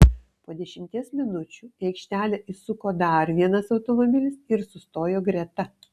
po dešimties minučių į aikštelę įsuko dar vienas automobilis ir sustojo greta